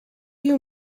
you